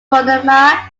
coloma